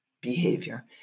behavior